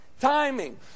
timing